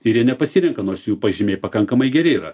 ir jie nepasirenka nors jų pažymiai pakankamai geri yra